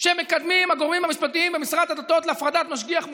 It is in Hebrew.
שמקדמים הגורמים המשפטיים במשרד הדתות להפרדת משגיח מושגח,